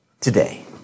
today